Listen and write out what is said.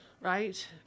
right